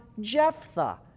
Jephthah